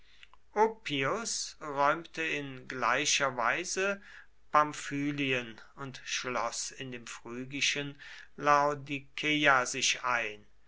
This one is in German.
räumte in gleicher weise pamphylien und schloß in dem phrygischen laodikeia sich ein